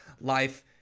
life